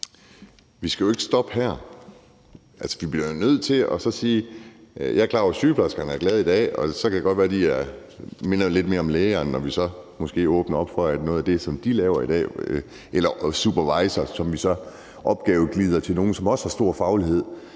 vi skal jo ikke stoppe her. Altså, jeg er klar over, at sygeplejerskerne er glade i dag, og så kan det godt være, at de minder lidt mere om læger, når vi så måske åbner op for, at noget af det, som de laver i dag, eller opgaver, de superviserer, glider til nogen, som også har stor faglighed.